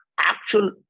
actual